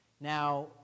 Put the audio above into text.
Now